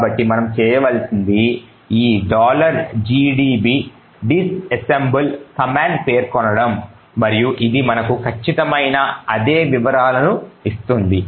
కాబట్టి మనం చేయవలసింది ఈ gdb disassemble కమాండ్ పేర్కొనడం మరియు ఇది మనకు ఖచ్చితమైన అదే వివరాలను ఇస్తుంది